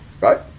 right